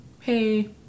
Hey